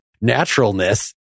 naturalness